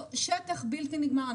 שטח בלתי נגמר.